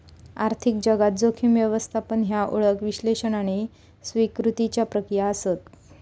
आर्थिक जगात, जोखीम व्यवस्थापन ह्या ओळख, विश्लेषण आणि स्वीकृतीच्या प्रक्रिया आसत